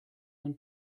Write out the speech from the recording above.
than